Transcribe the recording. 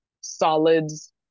solids